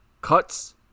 cuts